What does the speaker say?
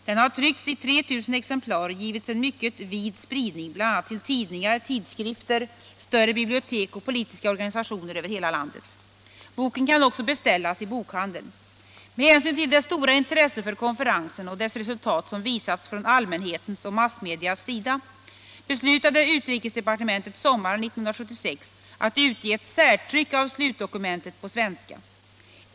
Den har tryckts i 3 000 exemplar och givits en mycket vid sprianing, bl.a. till tidningar, tidskrifter, större bibliotek och politiska organisationer över hela landet. Boken kan också beställas i bokhandeln. Med hänsyn till det stora intresse för konferensen och dess resultat som visats från allmänhetens och massmedias sida beslutade utrikesdepartementet sommaren 1976 att utge ett särtryck av slutdokumentet på svenska.